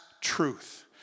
truth